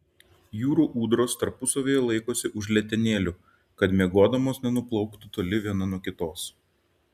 jūrų ūdros tarpusavyje laikosi už letenėlių kad miegodamos nenuplauktų toli viena nuo kitos